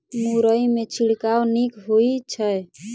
मुरई मे छिड़काव नीक होइ छै?